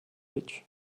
beach